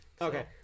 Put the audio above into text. Okay